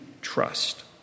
trust